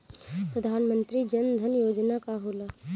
प्रधानमंत्री जन धन योजना का होला?